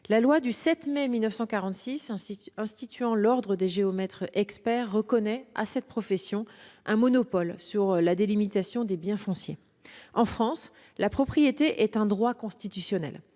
la loi du 7 mai 1946 instituant l'ordre des géomètres-experts reconnaît à cette profession un monopole sur la délimitation des biens fonciers. En France, la propriété est un droit constitutionnel.